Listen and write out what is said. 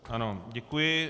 Ano, děkuji.